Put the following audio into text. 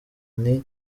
nti